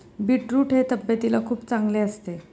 beetroot हे तब्येतीला खूप चांगले असते